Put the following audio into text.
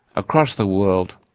across the world,